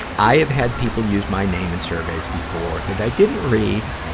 i've had people use my name in surveys before that i didn't read,